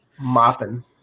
Mopping